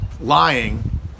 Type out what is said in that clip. lying